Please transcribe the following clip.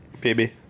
Baby